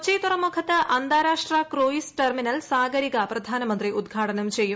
കൊച്ചി ്തുറമുഖത്ത് അന്താരാഷ്ട്ര cruise terminal Sagarika പ്രധാനമന്ത്രി ഉദ്ഘാടനം ചെയ്യും